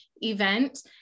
event